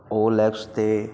OLX 'ਤੇ